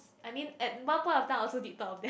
I mean at one point of time I also did thought of that